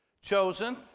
chosen